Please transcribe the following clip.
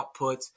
outputs